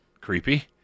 creepy